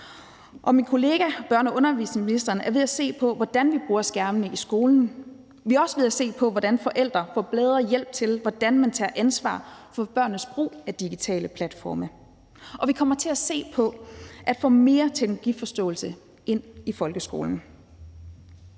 og min kollega, børne- og undervisningsministeren, er ved at se på, hvordan vi bruger skærmene i skolen. Vi er også ved at se på, hvordan forældre får bedre hjælp til at tage ansvar for børnenes brug af digitale platforme, og vi kommer til at se på at få mere teknologiforståelse ind i folkeskolen.